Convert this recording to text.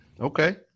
Okay